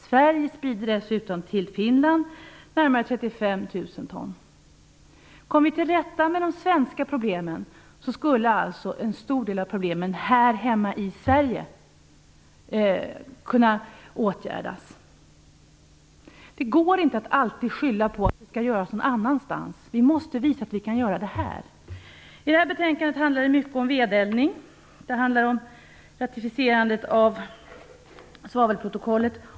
Sverige sprider dessutom närmare 35 000 ton föroreningar till Finland. Kommer vi till rätta med de svenska problemen skulle alltså en stor del av problemen här hemma i Sverige kunna åtgärdas. Det går inte alltid att skylla på att åtgärderna skall vidtas någon annanstans. Vi måste visa att vi kan göra det här. I det här betänkandet sägs mycket om vedeldning. Det handlar om ratificerandet av svavelprotokollet.